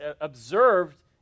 observed